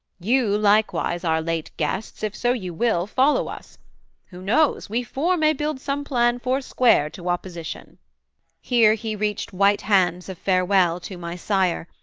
you, likewise, our late guests, if so you will, follow us who knows? we four may build some plan foursquare to opposition here he reached white hands of farewell to my sire,